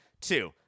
Two